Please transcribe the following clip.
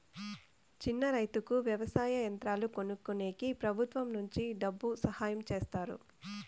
చిన్న రైతుకు వ్యవసాయ యంత్రాలు కొనుక్కునేకి ప్రభుత్వం నుంచి డబ్బు సహాయం చేస్తారా?